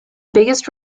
biggest